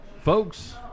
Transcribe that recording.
Folks